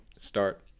start